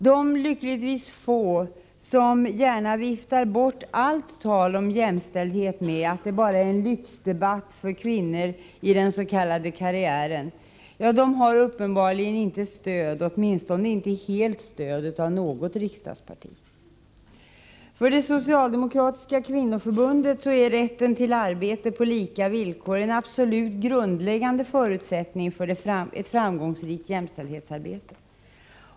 De, lyckligtvis få, som gärna viftar bort allt tal om jämställdhet med att det bara är en lyxdebatt för kvinnor i den s.k. karriären har uppenbarligen inte stöd, åtminstone inte helt stöd, av något riksdagsparti. För det socialdemokratiska kvinnoförbundet är rätten till arbete på lika villkor en absolut grundläggande förutsättning för ett framgångsrikt jämställdhetsarbete.